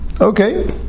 Okay